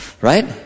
right